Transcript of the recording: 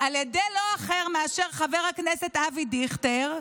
על ידי לא אחר מאשר חבר הכנסת אבי דיכטר,